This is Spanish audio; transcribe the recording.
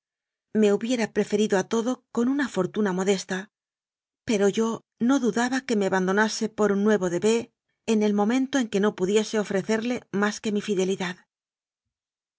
me hubiera preferido a todo con una fortuna modes ta pero yo no dudaba que me abandonase por un nuevo de b en el momento en que no pudiese ofrecerle más que mi fidelidad